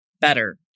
better